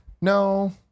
No